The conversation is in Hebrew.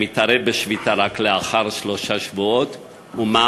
מתערב בשביתה רק לאחר שלושה שבועות ומה